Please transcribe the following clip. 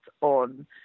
on